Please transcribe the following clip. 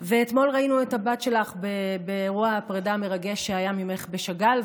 אתמול ראינו את הבת שלך באירוע הפרידה המרגש שהיה ממך בשאגאל,